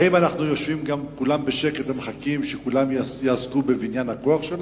האם אנו יושבים כולם בשקט ומחכים שכולם יעסקו בבניין הכוח שלהם,